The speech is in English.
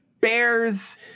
bears